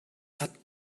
hat